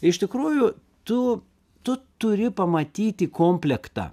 iš tikrųjų tu tu turi pamatyti komplektą